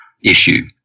issue